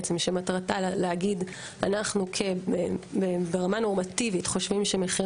שמטרה להגיד: אנחנו ברמה הנורמטיבית חושבים שמחיר